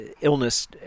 illness